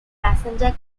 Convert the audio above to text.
passenger